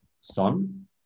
son